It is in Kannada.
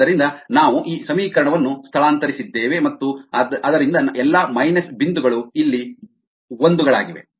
ಆದ್ದರಿಂದ ನಾವು ಈ ಸಮೀಕರಣವನ್ನು ಸ್ಥಳಾಂತರಿಸಿದ್ದೇವೆ ಮತ್ತು ಆದ್ದರಿಂದ ಎಲ್ಲಾ ಮೈನಸ್ ಒಂದುಗಳು ಇಲ್ಲಿ ಒಂದುಗಳಾಗಿವೆ